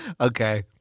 Okay